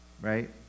Right